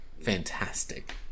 fantastic